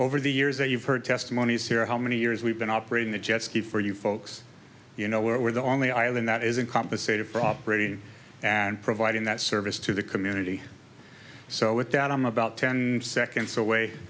over the years that you've heard testimonies here how many years we've been operating the jet ski for you folks you know we're the only island that isn't compensated for operating and providing that service to the community so with that i'm about ten seconds